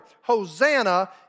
Hosanna